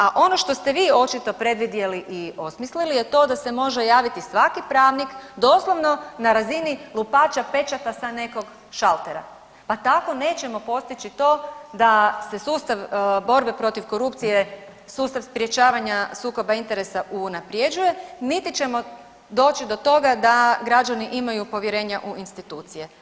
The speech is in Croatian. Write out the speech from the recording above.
A ono što ste vi očito predvidjeli i osmislili je to da se može javiti svaki pravnik doslovno na razini lupača pečata sa nekog šaltera, pa tako nećemo postići to da se sustav borbe protiv korupcije, sustav sprječavanja sukoba interesa unaprjeđuje niti ćemo doći do toga da građani imaju povjerenja u institucije.